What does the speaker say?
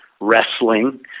wrestling